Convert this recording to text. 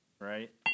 right